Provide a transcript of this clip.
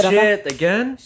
again